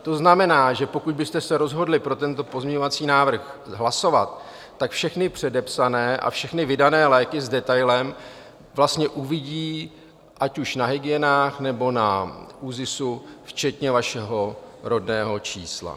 To znamená, že pokud byste se rozhodli pro tento pozměňovací návrh hlasovat, tak všechny předepsané a všechny vydané léky s detailem vlastně uvidí ať už na hygienách, nebo na ÚZIS, včetně vašeho rodného čísla.